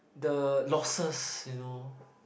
the losses you know